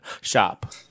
shop